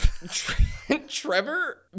Trevor